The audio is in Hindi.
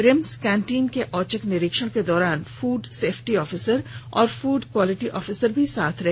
रिम्स कैंटीन के औचक निरीक्षण के दौरान फूड सेफ्टी ऑफिसर व फूड क्वालिटी ऑफिसर भी साथ रहे